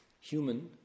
human